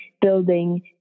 building